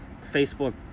Facebook